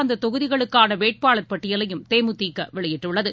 அந்ததொகுதிகளுக்கானவேட்பாளர் பட்டியலையும் தேமுதிகவெளியிட்டுள்ளது